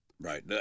Right